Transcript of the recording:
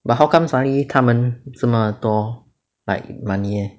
but how come suddenly 他们这么多 like money eh